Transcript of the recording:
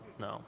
no